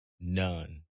none